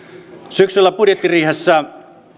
syksyllä budjettiriihessä